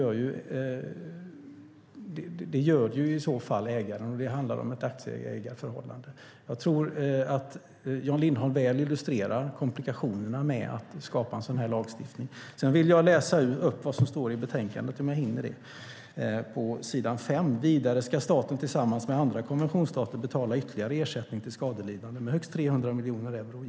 Jo, det gör ju i så fall ägaren, och det handlar om ett aktieägarförhållande. Jag tror att Jan Lindholm väl illustrerar komplikationerna med att skapa en sådan här lagstiftning. Sedan vill jag läsa upp vad som står i betänkandet på s. 5: "Vidare ska staten tillsammans med andra konventionsstater betala ytterligare ersättning till skadelidande med högst 300 miljoner euro.